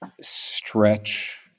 Stretch